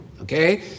Okay